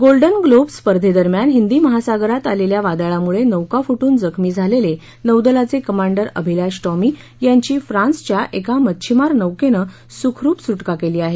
golden globe स्पर्धेदरम्यान हिंदी महासागरात आलेल्या वादळामुळे नौका फुट्रन जखमी झालेले नौदलाचे कमांडर अभिलाष टॉमी यांची फ्रान्सच्या एका मच्छिमार नौकेनं सुखरुप सुटका केली आहे